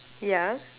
yeah